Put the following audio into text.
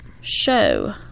Show